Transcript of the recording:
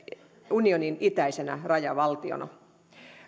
unionin itäisenä rajavaltiona